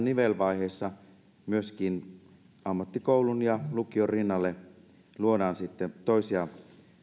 nivelvaiheessa myöskin ammattikoulun ja lukion rinnalle luodaan sitten toisia